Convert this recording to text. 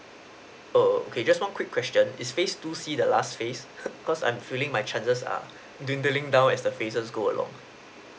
err okay just one quick question is phase two C the last phase cause I'm feeling my chances are being bringing down as the phases go along